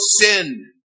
sin